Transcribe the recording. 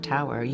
Tower